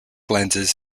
lenses